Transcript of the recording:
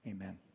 Amen